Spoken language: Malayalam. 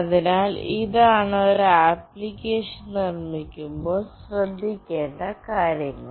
അതിനാൽ ഇതാണ് ഒരു ആപ്ലിക്കേഷൻ നിർമ്മിക്കുമ്പോൾ ശ്രദ്ധിക്കേണ്ട കാര്യങ്ങൾ